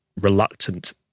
reluctant